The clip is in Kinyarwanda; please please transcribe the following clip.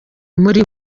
muri